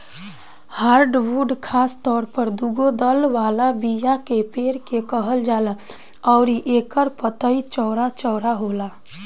hardwood खासतौर पर दुगो दल वाला बीया के पेड़ के कहल जाला अउरी एकर पतई चौड़ा चौड़ा होला